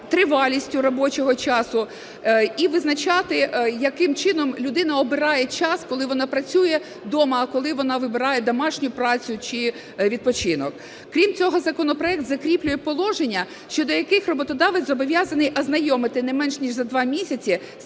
тривалістю робочого часу і визначати, яким чином людина обирає час, коли вона працює дома, а коли вона вибирає домашню працю чи відпочинок. Крім цього, законопроект закріплює положення, щодо яких роботодавець зобов'язаний ознайомити не менше, ніж за два місяці